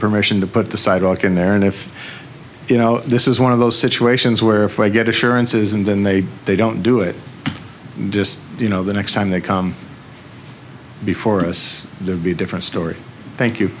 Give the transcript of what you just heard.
permission to put the sidewalk in there and if you know this is one of those situations where if i get assurances and then they they don't do it just you know the next time they come before us the be a different story thank you